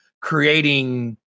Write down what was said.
creating